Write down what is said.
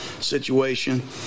situation